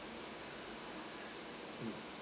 mm